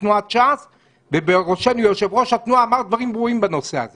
תנועת ש"ס ובראשה יושב-ראש התנועה אמר דברים ברורים בנושא הזה